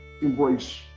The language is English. embrace